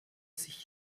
sich